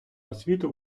освіту